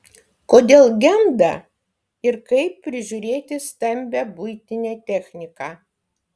kodėl genda ir kaip prižiūrėti stambią buitinę techniką